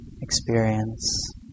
experience